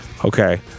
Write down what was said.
Okay